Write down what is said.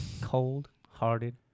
Cold-hearted